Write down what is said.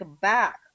back